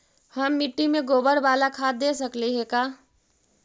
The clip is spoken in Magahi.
हम मिट्टी में गोबर बाला खाद दे सकली हे का?